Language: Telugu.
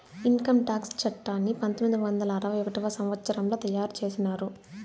ఇన్కంటాక్స్ చట్టాన్ని పంతొమ్మిది వందల అరవై ఒకటవ సంవచ్చరంలో తయారు చేసినారు